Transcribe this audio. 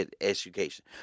education